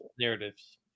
Narratives